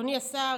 אדוני השר,